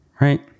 right